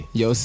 yo